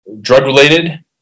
Drug-related